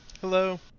Hello